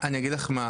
אני אגיד לך מה